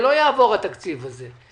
זה לא יעבור התקציב הזה.